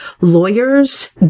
lawyers